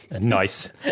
nice